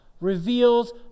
reveals